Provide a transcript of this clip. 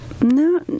no